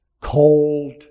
cold